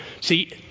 See